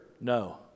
No